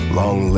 long